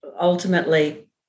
ultimately